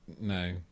No